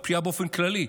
בפשיעה באופן כללי,